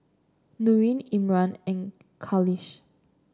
Nurin Imran and Khalish